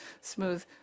smooth